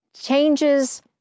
changes